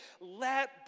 Let